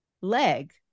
leg